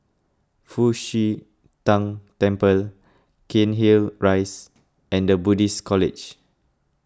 Fu Xi Tang Temple Cairnhill Rise and the Buddhist College